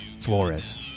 Flores